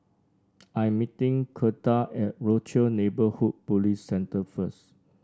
I am meeting Gertha at Rochor Neighborhood Police Centre first